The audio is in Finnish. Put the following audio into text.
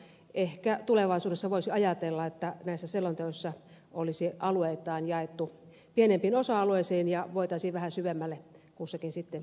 ehkä tulevaisuudessa voisi ajatella että näissä selonteoissa olisi alueita jaettu pienempiin osa alueisiin ja voitaisiin vähän syvemmälle kussakin sitten mennä